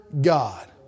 God